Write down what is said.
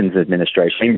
administration